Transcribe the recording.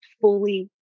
fully